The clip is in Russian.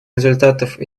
результатов